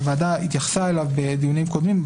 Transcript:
הוועדה התייחסה אליו בדיונים קודמים,